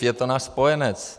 Je to náš spojenec.